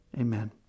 Amen